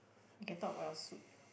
you can talk about your suit